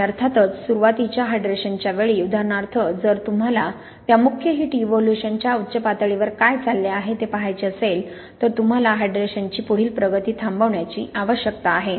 आणि अर्थातच सुरुवातीच्या हायड्रेशनच्या वेळी उदाहरणार्थ जर तुम्हाला त्या मुख्य हिट इव्होल्यूशन च्या उच्च पातळीवर काय चालले आहे ते पहायचे असेल तर तुम्हाला हायड्रेशनची पुढील प्रगती थांबवण्याची आवश्यकता आहे